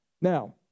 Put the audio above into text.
Now